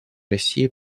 россией